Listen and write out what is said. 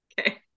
okay